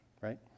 right